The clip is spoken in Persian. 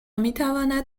میتواند